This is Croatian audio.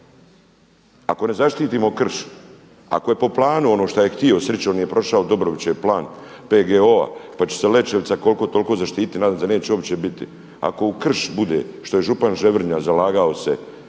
Ako ne zaštitimo krš, ako je po planu ono što je htio, srićom nije prošao Dobrovićev plan PGO-a pa će se Lećevica koliko toliko zaštititi i nadam se da neće uopće biti, ako u krš bude što je župan Ževrnja zalagao se